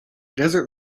desert